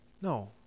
No